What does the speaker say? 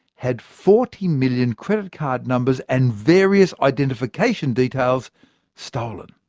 had forty million credit card numbers and various identification details stolen.